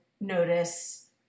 notice